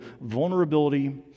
vulnerability